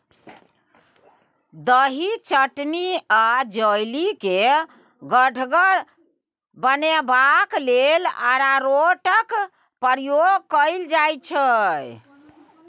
दही, चटनी आ जैली केँ गढ़गर बनेबाक लेल अरारोटक प्रयोग कएल जाइत छै